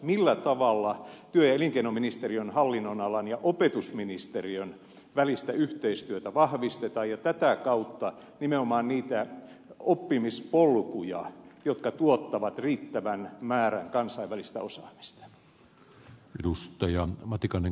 millä tavalla työ ja elinkeinoministeriön hallinnonalan ja opetusministeriön välistä yhteistyötä vahvistetaan ja tätä kautta nimenomaan niitä oppimispolkuja jotka tuottavat riittävän määrän kansainvälistä osaamista